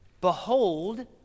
Behold